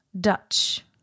Dutch